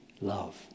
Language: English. Love